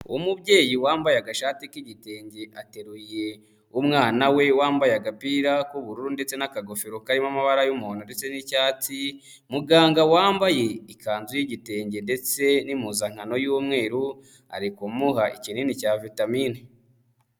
Umubyeyi wambaye agashati k'igitenge ateruye umwana we wambaye agapira k'ubururu ndetse n'akagofero karimo amabara y'umuhodo ndetse n'icyatsi, muganga wambaye ikanzu y'igitenge ndetse n'impuzankano y'umweru ari kumuha ikinini cya vitamini.